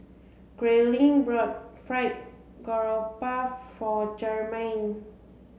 Grayling bought fried Garoupa for Jermain